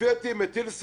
מטיל ספק,